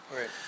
Right